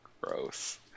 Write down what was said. Gross